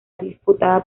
disputada